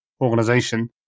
organization